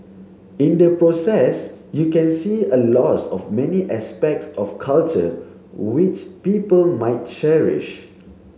in the process you can see a loss of many aspects of culture which people might cherish